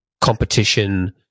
competition